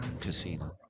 Casino